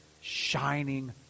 Shining